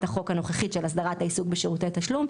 החוק הנוכחית של הסדרת העיסוק בשירותי תשלום,